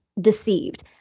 deceived